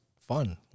fun